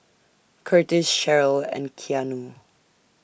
Curtiss Cheryll and Keanu